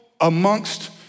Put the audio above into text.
amongst